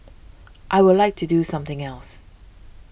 I would like to do something else